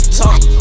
talk